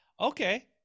okay